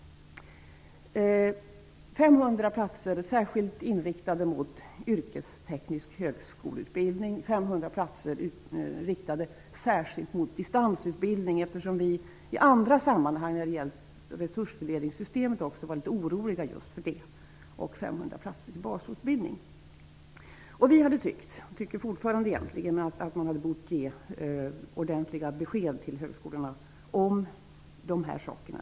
Därutöver behövs det 500 platser riktade särskilt mot yrkesteknisk högskoleutbildning, 500 platser riktade särskilt mot distansutbildning -- i andra sammanhang när det gällt resursfördelningssystem har vi varit litet oroliga just på den punkten -- och 500 platser i fråga om basutbildning. Vi har tyckt, och tycker egentligen fortfarande, att man redan tidigare borde ha gett ordentliga besked till högskolorna om de här sakerna.